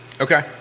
Okay